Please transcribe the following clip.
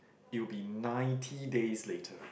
it will be ninety days later